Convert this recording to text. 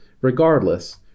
regardless